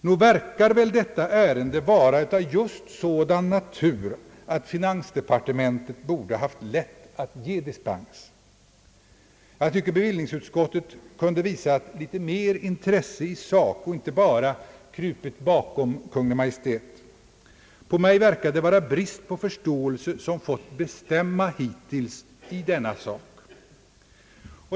Nog verkar väl detta ärende vara av just sådan natur, att finansdepartementet borde haft lätt att ge dispens. Jag tycker att bevillningsutskottet kunde ha visat mer intresse i sak och inte bara krupit bakom Kungl. Maj:t. På mig verkar det som om brist på förståelse hittills fått bestämma i denna sak.